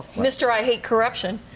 mr. i hate corruption.